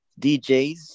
DJs